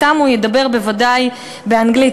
אתם הוא ידבר בוודאי באנגלית.